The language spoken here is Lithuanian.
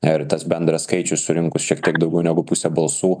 ir tas bendras skaičius surinkus šiek tiek daugiau negu pusę balsų